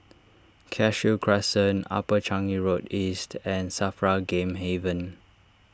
Cashew Crescent Upper Changi Road East and Safra Game Haven